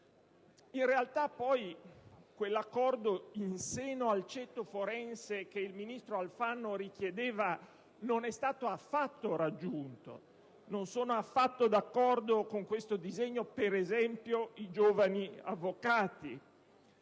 In realtà, quell'accordo in seno al ceto forense che il ministro Alfano richiedeva non è stato affatto raggiunto: ad esempio, non sono affatto d'accordo con questo disegno di riforma i giovani avvocati.